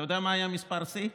אתה יודע מה היה מספר שיא?